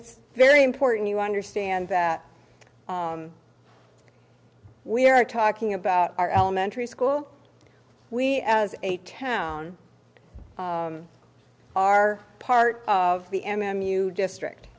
it's very important you understand that we are talking about our elementary school we as a town are part of the m m u district